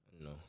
No